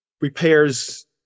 repairs